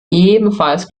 ebenfalls